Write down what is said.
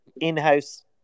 in-house